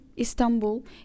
Istanbul